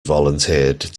volunteered